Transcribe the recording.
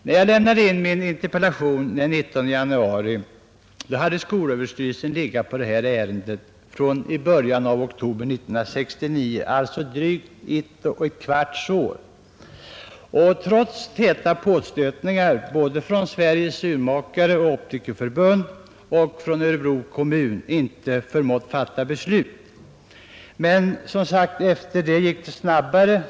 När jag lämnade in min interpellation den 19 januari hade skolöverstyrelsen legat på detta ärende från början av oktober 1969, alltså drygt ett och ett kvarts år, men trots täta påstötningar både från Sveriges Urmakareoch optikerförbund och från Örebro kommun inte förmått fatta beslut. Men därefter gick det som sagt snabbare.